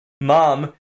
mom